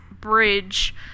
bridge